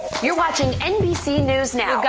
you're watching nbc news now.